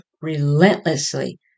relentlessly